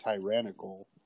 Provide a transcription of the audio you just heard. tyrannical